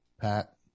Pat